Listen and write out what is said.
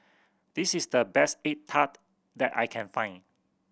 this is the best egg tart that I can find